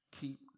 Keep